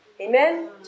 Amen